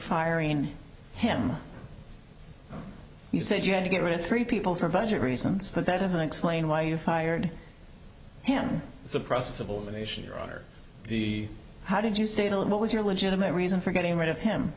firing him you said you had to get rid of three people for budget reasons but that doesn't explain why you fired him it's a process of elimination or rather the how did you state it what was your legitimate reason for getting rid of him